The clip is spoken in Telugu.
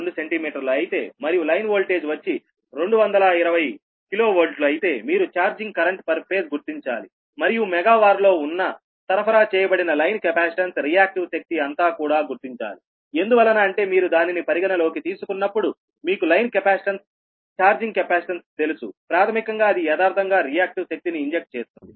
2 సెంటీమీటర్ల అయితే మరియు లైన్ వోల్టేజ్ వచ్చి 220 kV అయితే మీరు చార్జింగ్ కరెంట్ పర్ ఫేజ్ గుర్తించాలి మరియు మెగావార్ లో ఉన్నసరఫరా చేయబడిన లైన్ కెపాసిటెన్స్ రియాక్టివ్ శక్తి అంతా కూడా గుర్తించాలి ఎందువలన అంటే మీరు దానిని పరిగణలోకి తీసుకున్నపుడు మీకు లైన్ కెపాసిటెన్స్ ఛార్జింగ్ కెపాసిటెన్స్ తెలుసు ప్రాథమికంగా అది యదార్ధంగా రియాక్టివ్ శక్తి ని ఇంజెక్ట్ చేస్తుంది